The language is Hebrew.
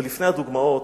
אבל לפני הדוגמאות,